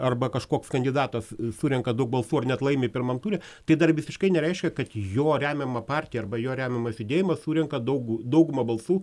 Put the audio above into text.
arba kažkoks kandidatas surenka daug balsų ar net laimi pirmam ture tai dar visiškai nereiškia kad jo remiamą partiją arba jo remiamas judėjimas surenka daug daugumą balsų